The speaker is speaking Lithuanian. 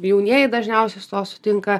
jaunieji dažniausiai su tuo sutinka